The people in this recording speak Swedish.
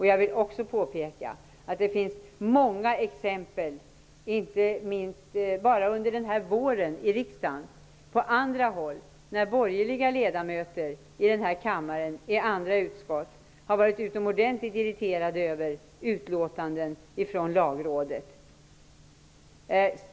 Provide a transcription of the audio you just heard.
Jag vill också påpeka att det bara under den här våren funnits många andra exempel, där borgerliga ledamöter från andra utskott i denna kammare har varit mycket irriterade över utlåtanden från Lagrådet.